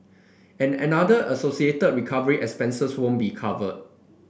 and another associated recovery expenses won't be covered